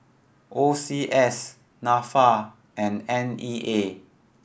O C S Nafa and N E A